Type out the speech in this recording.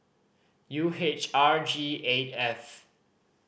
U H R G eight F